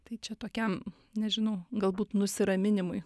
tai čia tokiam nežinau galbūt nusiraminimui